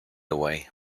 away